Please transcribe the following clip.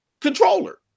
controller